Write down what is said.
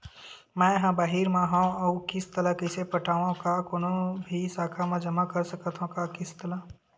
मैं हा बाहिर मा हाव आऊ किस्त ला कइसे पटावव, का कोनो भी शाखा मा जमा कर सकथव का किस्त ला?